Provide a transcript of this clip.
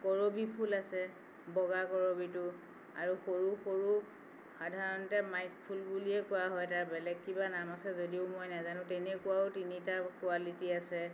কৰবী ফুল আছে বগা কৰবীটো আৰু সৰু সৰু সাধাৰণতে মাইক ফুল বুলিয়ে কোৱা হয় তাৰ বেলেগ কিবা নাম আছে যদিও মই নেজানোঁ তেনেকুৱাও তিনিটা কুৱালিটী আছে